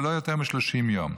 ולא יותר מ-30 יום.